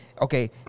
okay